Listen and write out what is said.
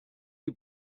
die